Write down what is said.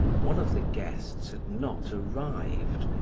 one of the guests had not arrived,